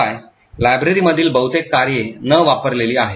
शिवाय लायब्ररीमधील बहुतेक कार्ये न वापरलेली आहेत